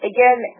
Again